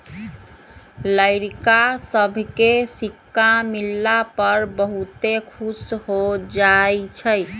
लइरका सभके सिक्का मिलला पर बहुते खुश हो जाइ छइ